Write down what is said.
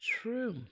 true